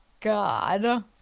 God